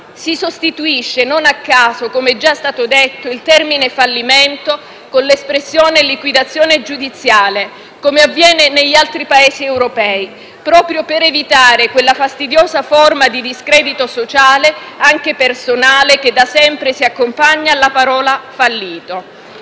Si sostituisce, non a caso, come già è stato detto, il termine «fallimento» con l'espressione «liquidazione giudiziale», come avviene negli altri Paesi europei, proprio per evitare quella fastidiosa forma di discredito sociale, anche personale, che da sempre si accompagna alla parola «fallito».